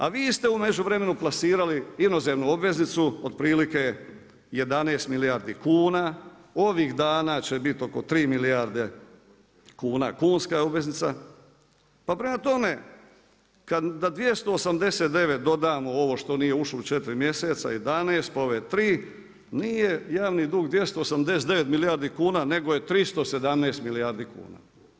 A vi ste u međuvremenu plasirali inozemnu obveznicu otprilike 11 milijardi kuna, ovih dana će biti oko 3 milijarde kuna kunska obveznica, pa prema tome kada 289 dodamo ovo što nije ušlo u četiri mjeseca 11 pa ove 3, nije javni dug 289 milijardi kuna nego je 317 milijardi kuna.